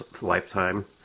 lifetime